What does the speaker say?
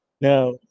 Now